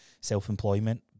self-employment